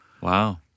Wow